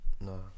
no